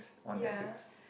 ya